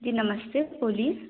जी नमस्ते बोलिए